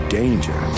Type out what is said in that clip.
danger